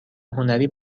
هنری